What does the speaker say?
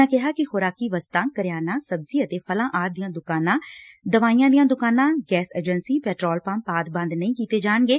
ਉਨ੍ਹਾਂ ਕਿਹਾ ਕਿ ਖੁਰਾਕੀ ਵਸਤਾਂ ਕਰਿਆਨਾ ਸਬਜ਼ੀ ਫਲ ਆਦਿ ਦੀਆਂ ਦੁਕਾਨਾਂ ਦਵਾਈਆਂ ਦੀਆਂ ਦੁਕਾਨਾਂ ਗੈਸ ਏਜੰਸੀ ਪੈਟਰੋਲ ਪੰਪ ਆਦਿ ਬੰਦ ਨਹੀਂ ਕੀਤੇ ਜਾਣਗੇ